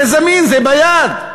זה זמין, זה ביד.